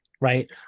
right